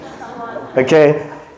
Okay